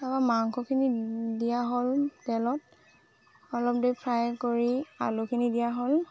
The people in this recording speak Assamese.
তাৰপা মাংসখিনি দিয়া হ'ল তেলত অলপ দি ফ্ৰাই কৰি আলুখিনি দিয়া হ'ল